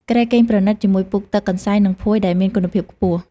គ្រែគេងប្រណីត ជាមួយពូក ទឹក កន្សែង និងភួយដែលមានគុណភាពខ្ពស់។